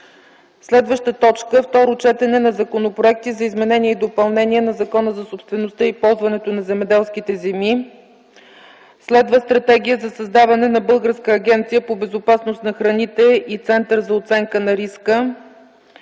заседание. 2. Второ четене на законопроекти за изменение и допълнение на Закона за собствеността и ползването на земеделските земи. 3. Стратегия за създаване на Българска агенция по безопасност на храните и Център за оценка на риска.